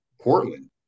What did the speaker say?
Portland